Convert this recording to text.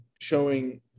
showing